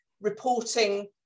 reporting